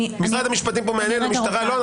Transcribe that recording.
משרד המשפטים, המשטרה לא.